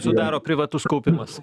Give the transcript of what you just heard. sudaro privatus kaupimas